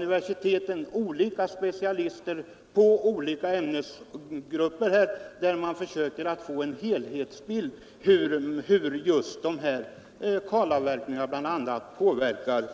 representeras av specialister på skilda ämnesgrupper. Man försöker få en helhetsbild av hur just kalavverkningarna påverkar